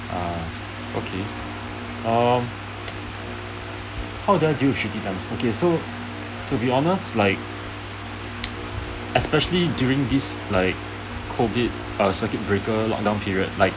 ah okay um how do I deal with shitty time okay so to be honest like especially during these like COVID uh circuit breaker lock down period like